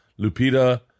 Lupita